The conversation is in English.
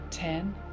Ten